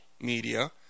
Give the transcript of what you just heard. media